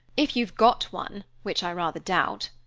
if you've got one, which i rather doubt.